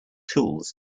tools